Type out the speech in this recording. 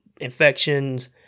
infections